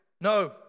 No